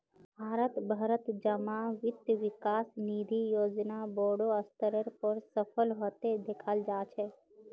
भारत भरत जमा वित्त विकास निधि योजना बोडो स्तरेर पर सफल हते दखाल जा छे